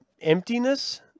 emptiness